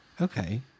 Okay